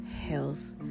health